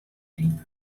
thing